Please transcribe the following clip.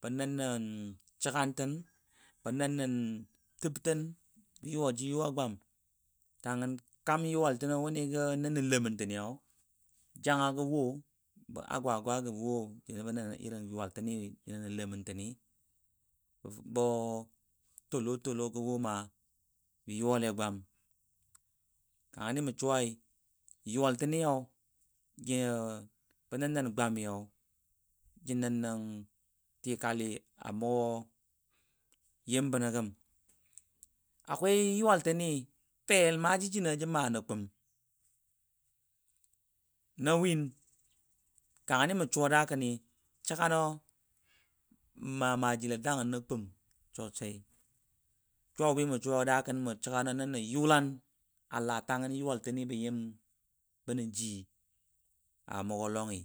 bə nən nə səgantɨn, bə nən na təbtɨn. bə yuwa ji yuwa gwam, tangən yuwal tənɔ wuni nən nə leməni, janga gɔ, bə agwagwa gɔ wo irin yuwal təni nə lemən təntɨni, bɔ tolo tolo gə wo ma bə yuwale gwam kanga ni mə suwai yuwal təni yau geu bə nə nən gwami yau nən tikali a mugɔ yim bənɔ gəm, akwai yuwal təni fe maaji jinɔ ja maa nə kʊm, na win kanga ni mə suwa da kəni səgano ma maaji le dangən nə kʊm sosai kangani mə suwa dakəni mə səganɔ nən nə yulan ala tangən yuwal ni bə yim jəbɔ ji a mʊgɔ lɔngi.